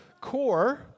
core